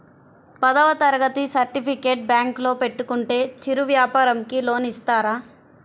పదవ తరగతి సర్టిఫికేట్ బ్యాంకులో పెట్టుకుంటే చిరు వ్యాపారంకి లోన్ ఇస్తారా?